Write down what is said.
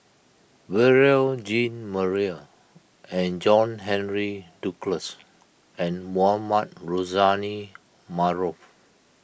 Beurel Jean Marie and John Henry Duclos and Mohamed Rozani Maarof